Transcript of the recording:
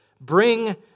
Bring